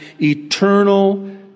eternal